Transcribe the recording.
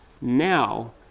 now